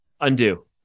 Undo